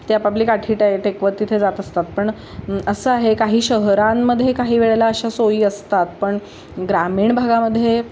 ते आपापली काठी टे टेकवत तिथे जात असतात पण असं आहे काही शहरांमध्ये काही वेळेला अशा सोयी असतात पण ग्रामीण भागामध्ये